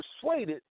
persuaded